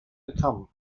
become